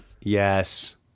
yes